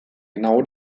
genau